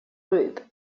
group